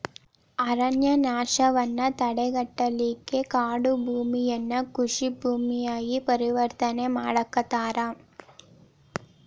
ಅರಣ್ಯನಾಶವನ್ನ ತಡೆಗಟ್ಟಲಿಕ್ಕೆ ಕಾಡುಭೂಮಿಯನ್ನ ಕೃಷಿ ಭೂಮಿಯಾಗಿ ಪರಿವರ್ತನೆ ಮಾಡಾಕತ್ತಾರ